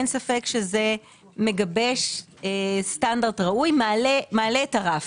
אין ספק שזה מגבש סטנדרט ראוי, מעלה את הרף.